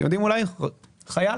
חייל.